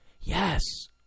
Yes